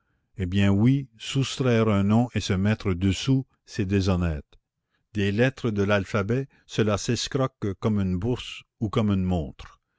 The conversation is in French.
eh bien oui soustraire un nom et se mettre dessous c'est déshonnête des lettres de l'alphabet cela s'escroque comme une bourse ou comme une montre